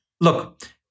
look